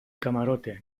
camarote